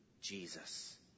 Jesus